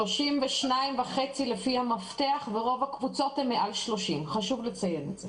32.5 לפי המפתח ורוב הקבוצות הן מעל 30. חשוב לציין את זה.